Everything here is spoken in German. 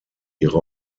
ihre